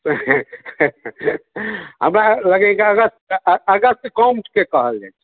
हमरा लगैया अगस्त अगस्त के कहल जाइत छै